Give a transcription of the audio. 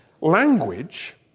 Language